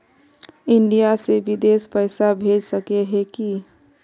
India से बिदेश पैसा भेज सके है की?